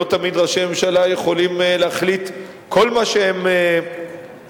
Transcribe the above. לא תמיד ראשי ממשלה יכולים להחליט כל מה שהם רוצים,